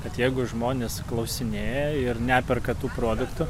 bet jeigu žmonės klausinėja ir neperka tų produktų